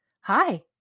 Hi